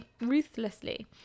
ruthlessly